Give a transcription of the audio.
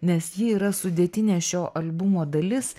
nes ji yra sudėtinė šio albumo dalis